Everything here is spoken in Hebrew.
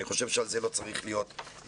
אני חושב שעל זה לא צריך להיות ויכוח.